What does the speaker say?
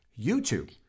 youtube